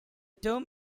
term